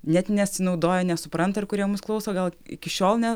net nesinaudoja nesupranta ir kurie mus klauso gal iki šiol ne